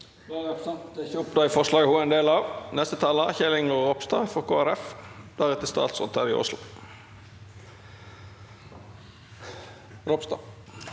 Ropstad